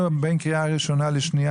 קריאה ראשונה לשנייה